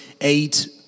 eight